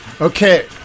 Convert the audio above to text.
Okay